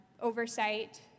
oversight